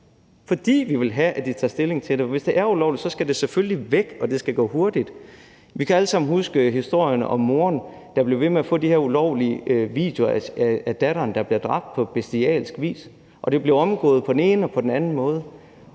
fordi vi vil have, at I tager stilling til det. Hvis det er ulovligt, skal det selvfølgelig tages væk, og det skal gå hurtigt. Vi kan alle sammen huske historien om moren, der blev ved med at få ulovlige videoer af datteren, der bliver dræbt på bestialsk vis, og det blev omgået på den ene og på den anden måde,